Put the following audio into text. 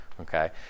okay